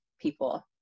people